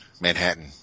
Manhattan